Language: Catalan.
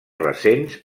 recents